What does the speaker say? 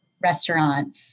restaurant